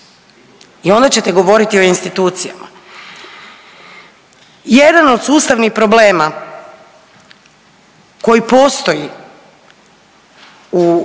i onda ćete govoriti o institucijama. Jedan od sustavnih problema koji postoji u